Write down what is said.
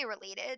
related